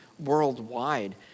worldwide